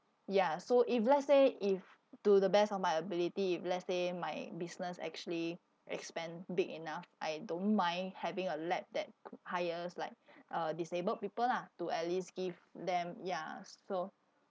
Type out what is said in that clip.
ya so if let's say if to the best of my ability if let's say my business actually expand big enough I don't mind having a lab that could hires like uh disabled people lah to at least give them ya so